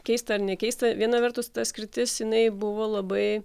keista ar nekeista viena vertus ta skirtis jinai buvo labai